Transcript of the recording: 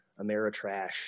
Ameritrash